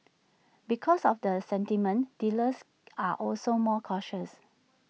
because of the sentiment dealers are also more cautious